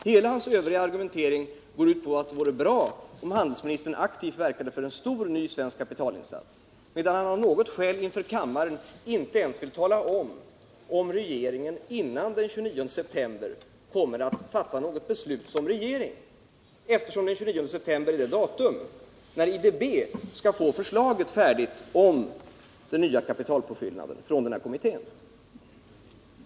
Hela hans övriga amerikanska utvecklingsbanken argumentering går ut på att det vore bra om handelsministern verkade för en sådan — medan han av något skäl inför kammaren inte ens vill säga om regeringen före den 29 september kommer att fatta något beslut som regering. Den 29 september är ju det datum då IDB skall ha ett förslag färdigt om den nya kapitalpåfyllnaden från den aktuella kommittén.